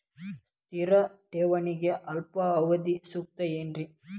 ಸ್ಥಿರ ಠೇವಣಿಗೆ ಅಲ್ಪಾವಧಿ ಸೂಕ್ತ ಏನ್ರಿ?